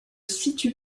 situe